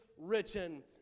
written